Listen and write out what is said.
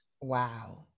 Wow